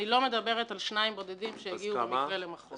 אני לא מדברת על שניים בודדים שהגיעו במקרה למחוז.